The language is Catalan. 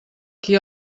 qui